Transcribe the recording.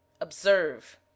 observe